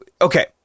okay